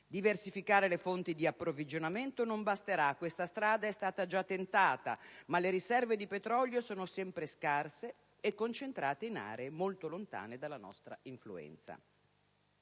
Diversificare le fonti di approvvigionamento non basterà. Questa strada è stata già tentata, ma le riserve di petrolio sono sempre scarse e concentrate in aree molto lontane dalla nostra influenza.